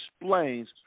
explains